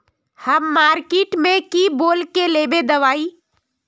हम मार्किट में की बोल के लेबे दवाई?